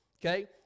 Okay